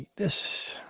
this